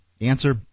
Answer